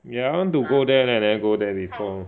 ya I want to go there leh never go there before